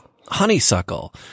honeysuckle